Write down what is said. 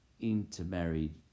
intermarried